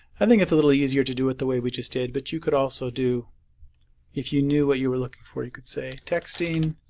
i think it's a little easier to do it the way we just did but you could also do if you knew what you were looking for you could say texting